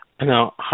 Now